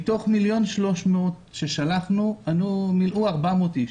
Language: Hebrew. מתוך 1.3 מיליון מילאו 400 איש.